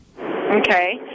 Okay